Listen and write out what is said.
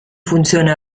funzione